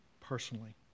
personally